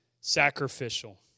sacrificial